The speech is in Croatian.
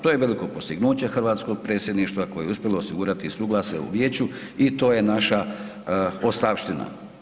To je veliko postignuće hrvatskog predsjedništva koje je uspjelo osigurati suglasje u vijeću i to je naša ostavština.